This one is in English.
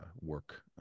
work